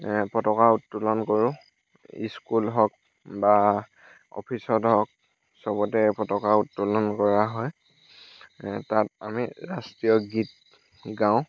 পতাকা উত্তোলন কৰোঁ ইস্কুল হওক বা অফিচত হওক চবতে পতাকা উত্তোলন কৰা হয় তাত আমি ৰাষ্ট্ৰীয় গীত গাওঁ